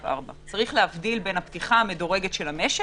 4. יש להבחין בין הפתיחה המדורגת של המשק